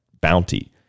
bounty